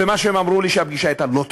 ומה שהם אמרו לי, שהפגישה הייתה לא טובה,